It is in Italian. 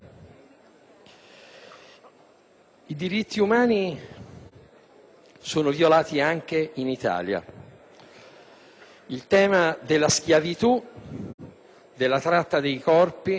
I diritti umani sono violati anche in Italia. Il tema della schiavitù, della tratta dei corpi